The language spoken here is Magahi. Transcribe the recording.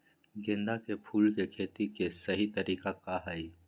गेंदा के फूल के खेती के सही तरीका का हाई?